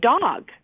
dog